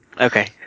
Okay